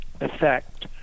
effect